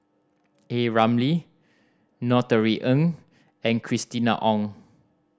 A Ramli Ng and Christina Ong